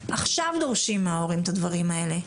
עכשיו דורשים מההורים את הדברים האלה.